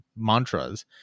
mantras